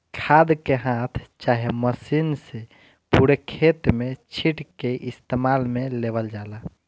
खाद के हाथ चाहे मशीन से पूरे खेत में छींट के इस्तेमाल में लेवल जाला